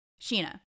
Sheena